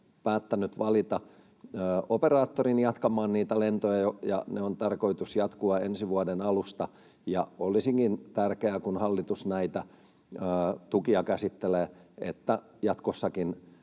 päättänyt valita operaattorin jatkamaan niitä lentoja, ja niiden on tarkoitus jatkua ensi vuoden alusta. Olisikin tärkeää, kun hallitus näitä tukia käsittelee, että jatkossakin